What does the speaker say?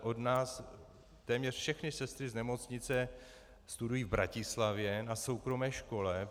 Od nás téměř všechny sestry z nemocnice studují v Bratislavě na soukromé škole.